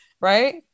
right